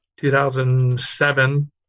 2007